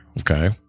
Okay